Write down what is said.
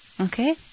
Okay